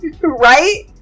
right